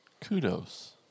Kudos